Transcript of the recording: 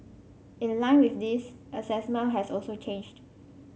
in line with this assessment has also changed